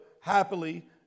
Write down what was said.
happily